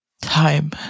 Time